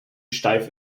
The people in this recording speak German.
steif